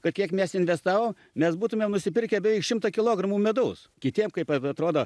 kad kiek mes investavom mes būtumėm nusipirkę beveik šimtą kilogramų medaus kitiems kaip atrodo